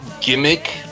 gimmick